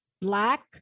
black